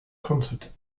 concert